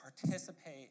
participate